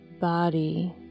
body